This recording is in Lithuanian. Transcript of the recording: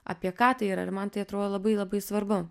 apie ką tai yra ir man tai atrodo labai labai svarbu